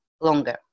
longer